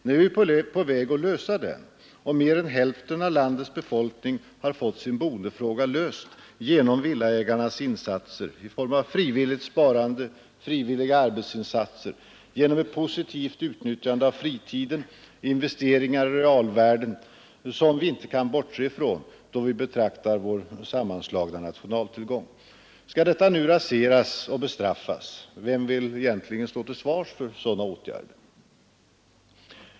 Nu är vi på väg att lösa den, och mer än hälften av landets befolkning har fått sin boendefråga löst genom villaägarnas insatser i form av frivilligt sparande, frivilliga arbetsinsatser genom ett positivt utnyttjande av fritiden och investeringar i realvärden som vi inte kan bortse ifrån då vi betraktar vår sammanlagda nationaltillgång. Skall detta nu raseras och bestraffas? Vem vill egentligen stå till svars för sådana åtgärder?